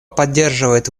поддерживает